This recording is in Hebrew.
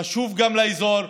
חשוב גם לאזור,